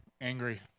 angry